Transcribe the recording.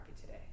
today